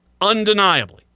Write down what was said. Undeniably